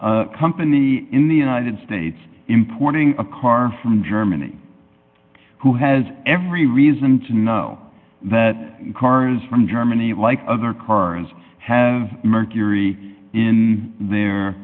company in the united states importing a car from germany who has every reason to know that cars from germany like other cars have mercury in their